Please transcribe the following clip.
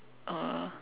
uh